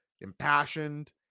impassioned